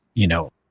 you know,